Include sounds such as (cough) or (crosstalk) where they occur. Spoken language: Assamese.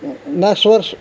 (unintelligible)